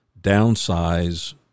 downsize